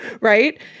right